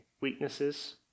weaknesses